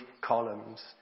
columns